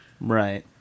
Right